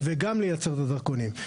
וגם לייצר את הדרכונים.